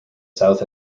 south